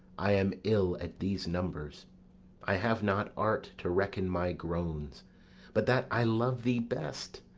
i am ill at these numbers i have not art to reckon my groans but that i love thee best,